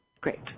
Great